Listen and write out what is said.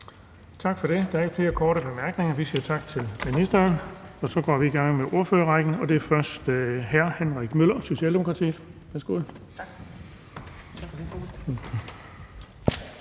Tak for det. Der er ikke flere korte bemærkninger. Vi siger tak til ministeren, og så går vi i gang med ordførerrækken. Det er først hr. Henrik Møller, Socialdemokratiet. Værsgo.